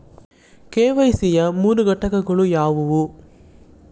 KYC ಯ ಮೂರು ಘಟಕಗಳು ಯಾವುವು?